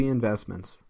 Investments